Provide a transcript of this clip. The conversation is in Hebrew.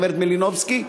הגברת מלינובסקי,